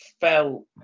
felt